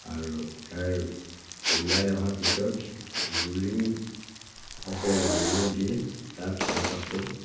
আৰু গাই ওলাই অহাৰ পিছত ৰোলিং আছে ৰোলিঙত দিয়ে তাত চাহপাতটো